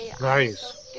Nice